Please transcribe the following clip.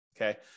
Okay